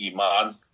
Iman